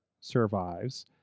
survives